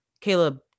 Caleb